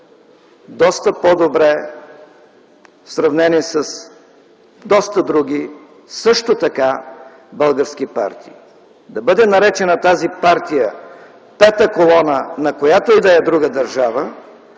доста по-добре, в сравнение с много други също така български партии. Да бъде наречена тази партия „пета колона”, на която и да е друга държава,